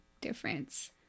difference